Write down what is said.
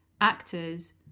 actors